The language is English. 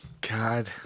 God